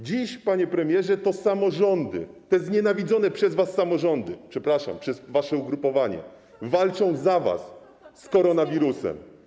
Dziś, panie premierze, to samorządy, te znienawidzone przez was samorządy, przepraszam, przez wasze ugrupowanie, walczą za was z koronawirusem.